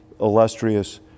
illustrious